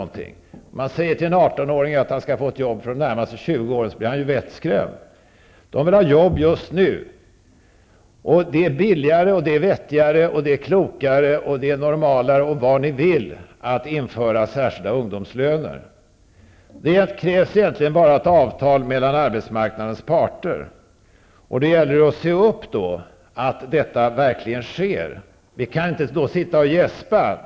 Om man säger till en 18-åring att han skall få ett jobb för de närmaste 20 åren, blir han ju vettskrämd. Ungdomarna vill ha jobb just nu. Det är billigare, vettigare, klokare, normalare, och vad ni vill, att införa särskilda ungdomslöner. Det krävs egentligen bara ett avtal mellan arbetsmarknadens parter. Och det gäller då att se till att detta verkligen sker. Vi kan inte då sitta och gäspa.